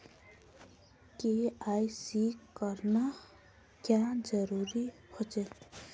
KYC करना क्याँ जरुरी होचे?